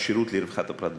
לשירות לרווחת הפרט והמשפחה,